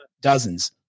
dozens